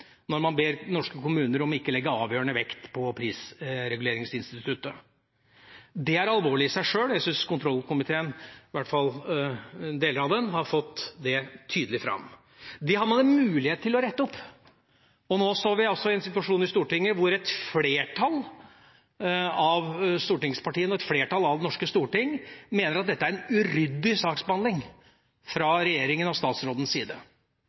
når man ber norske kommuner om ikke å legge avgjørende vekt på prisreguleringsinstituttet. Det er alvorlig i seg sjøl, og jeg syns kontroll- og konstitusjonskomiteen, i hvert fall deler av den, har fått det tydelig fram. Nå har man en mulighet til å rette opp. Nå står vi i en situasjon hvor et flertall av stortingspartiene og et flertall i Det norske storting mener at dette er en uryddig saksbehandling fra regjeringa og statsrådens side.